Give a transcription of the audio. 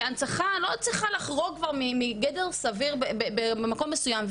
שהנצחה לא צריכה לחרוג מגדר סביר במקום מסוים.